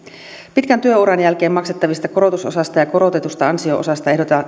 pitkän työuran jälkeen maksettavia korotusosaa ja korotettua ansio osaa